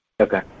Okay